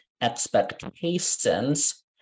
expectations